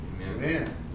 Amen